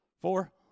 Four